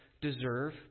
deserve